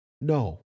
no